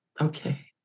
Okay